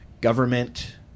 government